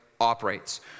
operates